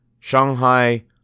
Shanghai